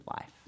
life